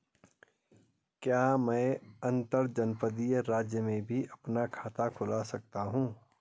क्या मैं अंतर्जनपदीय राज्य में भी अपना खाता खुलवा सकता हूँ?